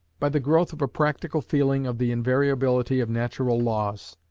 by the growth of a practical feeling of the invariability of natural laws.